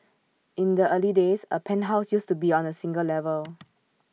in the early days A penthouse used to be on A single level